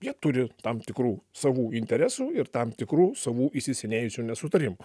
jie turi tam tikrų savų interesų ir tam tikrų savų įsisenėjusių nesutarimų